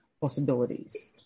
possibilities